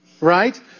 Right